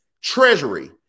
Treasury